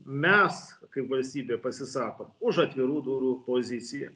mes kaip valstybė pasisako už atvirų durų poziciją